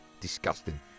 Disgusting